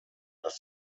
dass